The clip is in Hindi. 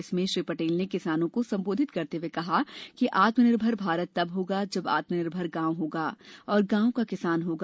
इसमें श्री पटेल ने किसानों को संबोधित करते हुए कहा कि आत्मनिर्भर भारत तब होगा जब आत्मनिर्भर गांव होगा और गांव का किसान होगा